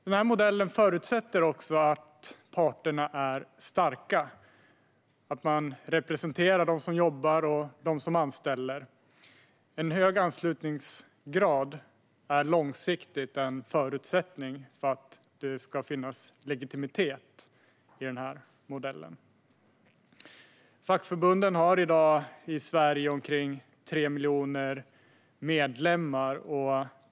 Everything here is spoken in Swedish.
Den här modellen förutsätter också att parterna är starka, att de representerar dem som jobbar och dem som anställer. En hög anslutningsgrad är långsiktigt en förutsättning för att det ska finnas legitimitet för modellen. Fackförbunden i Sverige har i dag omkring 3 miljoner medlemmar.